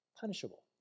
punishable